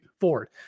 forward